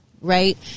right